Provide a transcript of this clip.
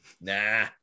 nah